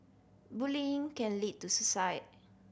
bullying can lead to suicide